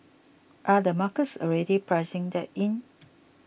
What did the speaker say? are the markets already pricing that in